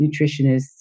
nutritionists